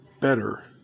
better